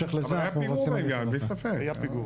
היה פיגור בעניין, בלי ספק.